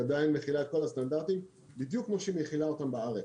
היא עדיין מחילה את כל הסטנדרטים בדיוק כמו שהיא מחילה אותם בארץ.